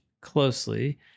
closely